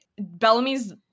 Bellamy's